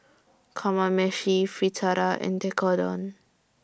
Kamameshi Fritada and Tekkadon